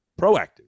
proactive